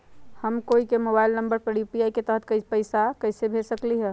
हम कोई के मोबाइल नंबर पर यू.पी.आई के तहत पईसा कईसे भेज सकली ह?